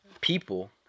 people